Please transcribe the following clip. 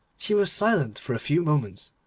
she was silent for a few moments,